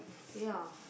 ya